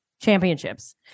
Championships